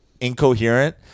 incoherent